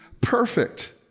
perfect